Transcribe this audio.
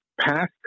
past